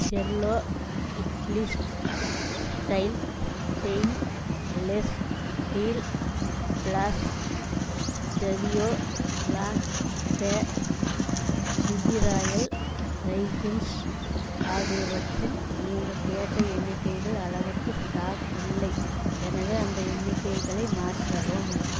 Cello இப்லிஸ் style stainless steel flask ஜவியோ long tray BB royal raisins ஆகியவற்றில் நீங்கள் கேட்ட எண்ணிக்கைகள் அளவுக்கு ஸ்டாக் இல்லை எனவே அந்த எண்ணிக்கைகளை மாற்றவும்